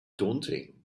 daunting